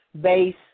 base